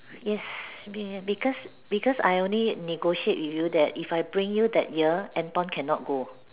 yes be because because I only negotiate with you that if I bring you that year Anton cannot go